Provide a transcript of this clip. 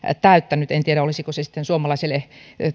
täyttänyt en tiedä olisiko se sitten suomalaiselle